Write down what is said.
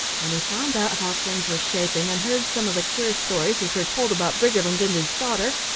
when he found out how things were shaping and heard some of the queer stories which were told about briggerland and his daughter,